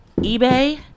eBay